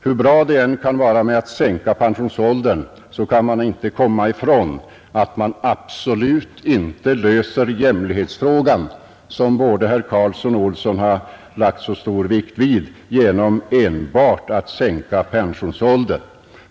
Hur bra det än kan vara att sänka pensionsåldern kan vi inte komma ifrån att man absolut inte löser jämlikhetsfrågan, som både herr Carlsson och herr Olsson lagt så stor vikt vid, enbart genom att sänka pensionsåldern.